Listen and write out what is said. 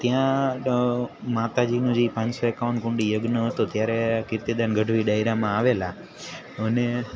ત્યાં માતાજીના જે પાંચ સો એકાવન કુંડી યજ્ઞ હતો ત્યારે કીર્તિદાન ગઢવી ડાયરામાં આવેલા અને